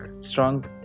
strong